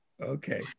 Okay